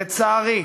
לצערי,